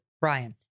Brian